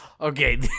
Okay